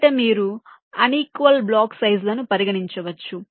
మొదట మీరు unequal block size లను పరిగణించవచ్చు